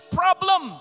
problem